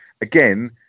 again